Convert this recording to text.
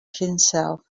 himself